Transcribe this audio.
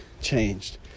changed